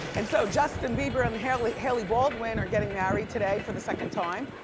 and so justin bieber and hailey hailey baldwin are getting married today for the second time.